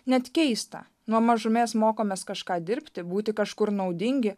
net keista nuo mažumės mokomės kažką dirbti būti kažkur naudingi